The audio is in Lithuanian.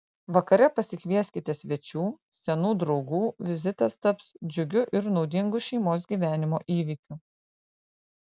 vakare pasikvieskite svečių senų draugų vizitas taps džiugiu ir naudingu šeimos gyvenimo įvykiu